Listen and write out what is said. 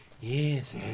Yes